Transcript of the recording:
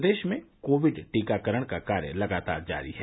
प्रदेश में कोविड टीकाकरण का कार्य लगातार जारी है